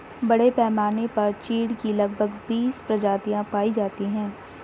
बड़े पैमाने पर चीढ की लगभग बीस प्रजातियां पाई जाती है